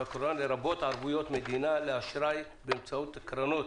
הקורונה לרבות ערבויות מדינה לאשראי באמצעות קרנות,